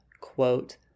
quote